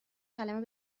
کلمه